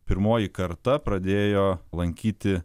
pirmoji karta pradėjo lankyti